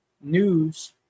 news